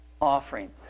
offering